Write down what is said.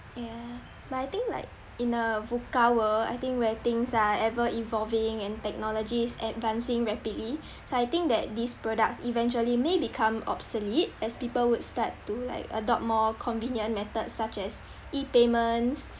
yeah but I think like in a VUCA world I think where things are ever-evolving and technology is advancing rapidly so I think that these products eventually may become obsolete as people would start to like adopt more convenient methods such as E-payments